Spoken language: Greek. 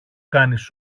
κάνεις